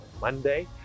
Monday